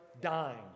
dying